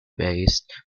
based